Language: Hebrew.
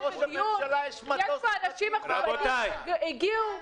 יש פה אנשים מכובדים שהגיעו.